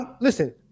Listen